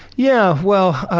yeah, well.